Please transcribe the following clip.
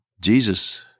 Jesus